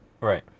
Right